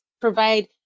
provide